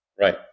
Right